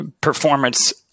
performance